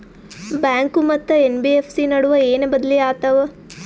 Bank ಮತ್ತ NBFC ನಡುವ ಏನ ಬದಲಿ ಆತವ?